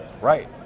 Right